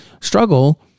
struggle